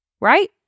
Right